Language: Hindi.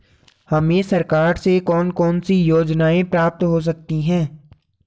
हमें सरकार से कौन कौनसी योजनाएँ प्राप्त हो सकती हैं?